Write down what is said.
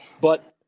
But-